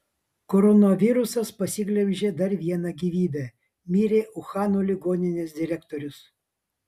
koronavirusas pasiglemžė dar vieną gyvybę mirė uhano ligoninės direktorius